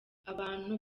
abantu